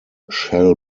shell